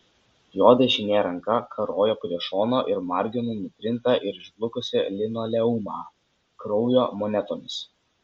jo dešinė ranka karojo prie šono ir margino nutrintą ir išblukusį linoleumą kraujo monetomis